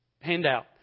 handout